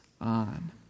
on